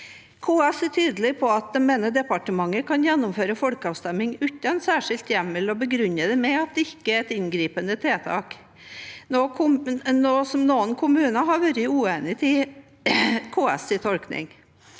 KS er tydelig på at de mener departementet kan gjennomføre folkeavstemninger uten en særskilt hjemmel og begrunner det med at det ikke er et inngripende tiltak. Noen kommuner har vært uenige med KS’ tolkning.